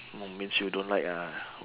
hmm means you don't like uh